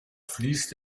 fließt